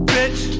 Bitch